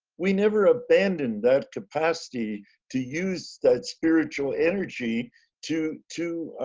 we never abandoned that capacity to use that spiritual energy to to